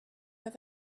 that